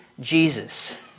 Jesus